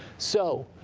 so,